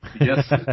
Yes